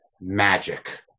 magic